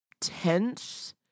tense